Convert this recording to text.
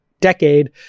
decade